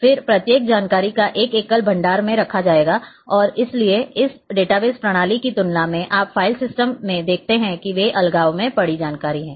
फिर प्रत्येक जानकारी को एक एकल भंडार में रखा जाता है और इसलिए इस डेटाबेस प्रणाली की तुलना में आप फ़ाइल सिस्टम में देखते हैं कि वे अलगाव में पड़ी जानकारी हैं